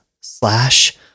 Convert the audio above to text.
slash